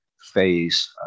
phase